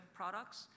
products